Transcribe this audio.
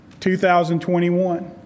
2021